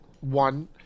one